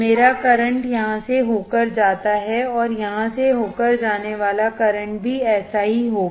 मेरा करंट यहाँ से होकर जाता है और यहाँ से होकर जाने वाला करंट भी ऐसा ही होगा